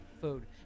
food